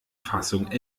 fassung